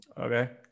Okay